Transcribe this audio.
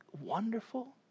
wonderful